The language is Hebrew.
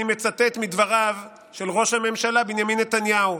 מצטט מדבריו של ראש הממשלה בנימין נתניהו.